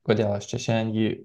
kodėl šiandien jį